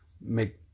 make